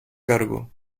cargo